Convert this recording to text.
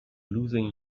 losing